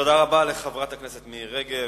תודה רבה לחברת הכנסת מירי רגב,